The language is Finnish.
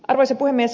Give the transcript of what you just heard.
arvoisa puhemies